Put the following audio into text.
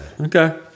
Okay